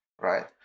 right